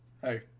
hey